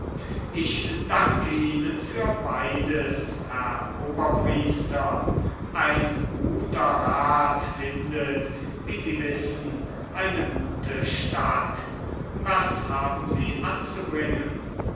ich danke ihnen für beides herr oberpriester ein guter rat findet wie sie wissen eine gute statt was haben sie anzubringen